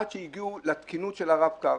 עד שהגיעו לתקינות של הרב קו